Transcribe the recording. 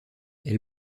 elle